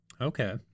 Okay